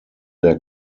der